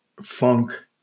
funk